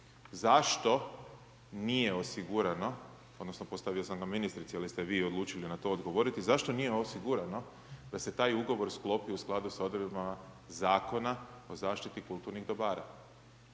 Zašto nije osigurano odnosno postavio sam ga ministrici, ali ste vi odlučili na to odgovoriti. Zašto nije osigurano da se taj ugovor sklopi u skladu sa odredbama Zakona o zaštiti kulturnih dobara?